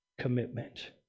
commitment